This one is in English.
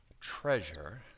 Treasure